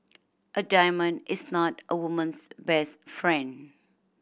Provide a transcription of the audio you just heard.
a diamond is not a woman's best friend